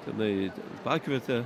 tenai pakvietė